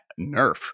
nerf